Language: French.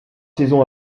saisons